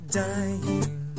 dying